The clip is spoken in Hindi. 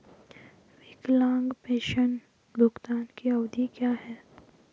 विकलांग पेंशन भुगतान की अवधि क्या है?